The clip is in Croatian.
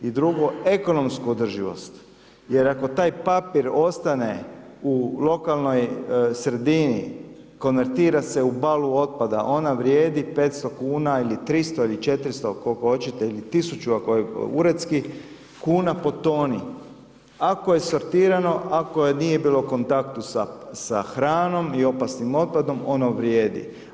I drugo ekonomsku održivost jer ako taj papir ostane u lokalnoj sredini konvertira se u balu otpada, ona vrijedi 500 kuna ili 300 ili 400 koliko hoćete ili 1000 ako je uredski kuna po toni ako je sortirano, ako nije bilo u kontaktu sa hranom i opasnim otpadom ono vrijedi.